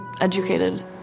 educated